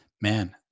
Man